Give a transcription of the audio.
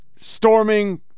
storming